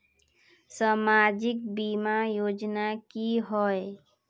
सामाजिक बीमा योजना की होय?